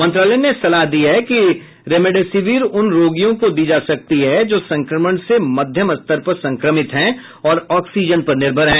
मंत्रालय ने सलाह दी है कि रेमडेसिविर उन रोगियों को दी जा सकती है जो संक्रमण से मध्यम स्तर पर संक्रमित हैं और ऑक्सीजन पर निर्भर हैं